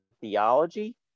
theology